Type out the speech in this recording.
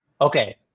Okay